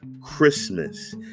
Christmas